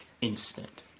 instant